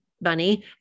bunny